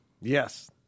Yes